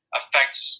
affects